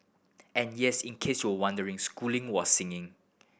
and yes in case you wondering schooling was singing